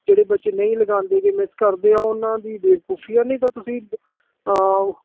ਜਿਹੜੇ ਬੱਚੇ ਨਹੀਂ ਲਗਾਉਂਦੇ ਜੇ ਮਿਸ ਕਰਦੇ ਆ ਉਹਨਾਂ ਦੀ ਬੇਵਕੂਫੀਆਂ ਨਹੀਂ ਤਾਂ ਤੁਸੀਂ